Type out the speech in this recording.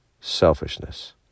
selfishness